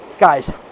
Guys